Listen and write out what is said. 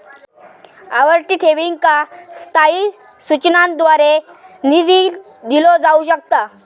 आवर्ती ठेवींका स्थायी सूचनांद्वारे निधी दिलो जाऊ शकता